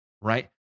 right